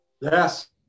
Yes